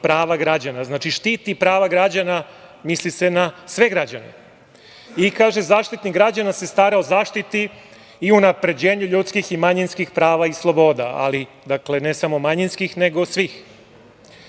prava građana. Znači, štiti prava građana, misli se na sve građane i kaže - Zaštitnik građana se stara o zaštiti i unapređenju ljudskih i manjinskih prava i sloboda, ali ne samo manjinskih, nego